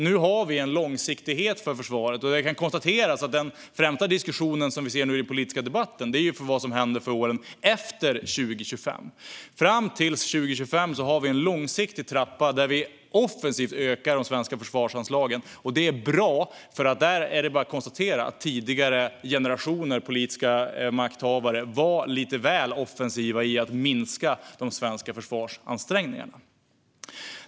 Nu har vi en långsiktighet för försvaret, och det kan konstateras att den främsta diskussionen i den politiska debatten handlar om vad som händer åren efter 2025. Fram till 2025 har vi en långsiktig trappa där vi offensivt ökar de svenska försvarsanslagen. Det är bra, för det är bara att konstatera att tidigare generationer av politiska makthavare var lite väl offensiva när det gällde att minska de svenska försvarsansträngningarna.